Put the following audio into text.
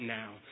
now